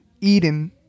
Eden